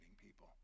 people